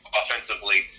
offensively